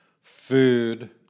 Food